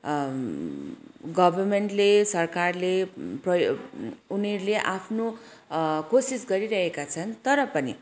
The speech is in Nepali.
गवर्मेन्टले सरकारले प्रायः उनीहरूले आफ्नो कोसिस गरिरहेका छन् तर पनि